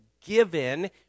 given